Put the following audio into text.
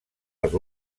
els